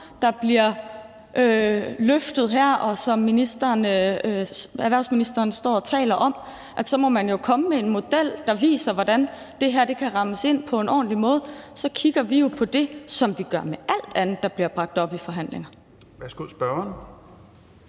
der bliver sat her, og som erhvervsministeren står og taler om. Man må jo komme med en model, der viser, hvordan det her kan rammes ind på en ordentlig måde. Og så kigger vi jo på det, som vi gør med alt andet, der bliver bragt op i forhandlinger.